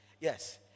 Yes